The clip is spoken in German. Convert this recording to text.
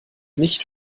nicht